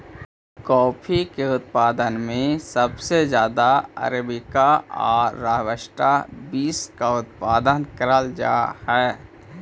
coffee के उत्पादन में सबसे ज्यादा अरेबिका और रॉबस्टा बींस का उपयोग करल जा हई